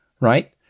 right